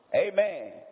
Amen